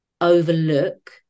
overlook